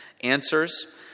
answers